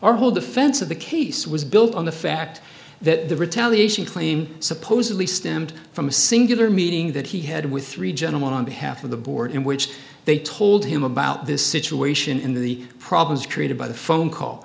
our whole defense of the case was built on the fact that the retaliation claim supposedly stemmed from a singular meeting that he had with three gentlemen on behalf of the board in which they told him about this situation in the problems created by the phone call